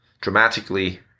dramatically